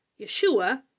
Yeshua